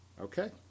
Okay